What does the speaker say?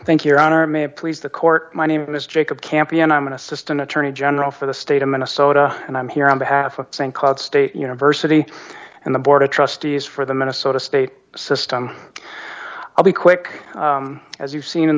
campion thank your honor may it please the court my name is jacob campion i'm an assistant attorney general for the state of minnesota and i'm here on behalf of st called state university and the board of trustees for the minnesota state system i'll be quick as you've seen in